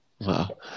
Wow